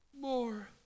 more